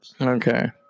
Okay